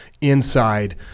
inside